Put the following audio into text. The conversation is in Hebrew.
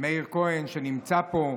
מאיר כהן שנמצא פה.